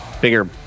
bigger